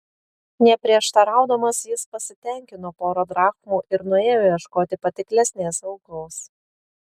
neprieštaraudamas jis pasitenkino pora drachmų ir nuėjo ieškoti patiklesnės aukos